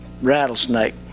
rattlesnake